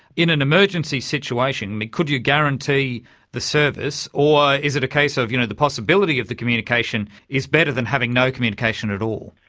in an emergency situation, could you guarantee the service, or is it the case of you know the possibility of the communication is better than having no communication at all?